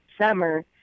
summer